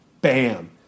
bam